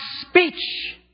speech